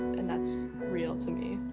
and that's real to me.